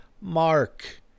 Mark